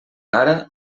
ara